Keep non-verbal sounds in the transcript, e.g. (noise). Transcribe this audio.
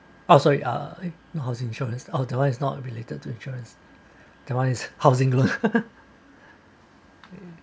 oh sorry uh you're housing shortlist otherwise not related to insurance that one housing loan (laughs)